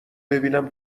ببینم